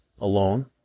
Alone